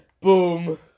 Boom